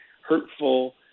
hurtful